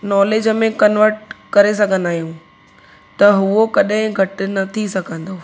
knowledge में convert करे सघंदा आहियूं त उहो कॾहिं घटि न थी सघंदो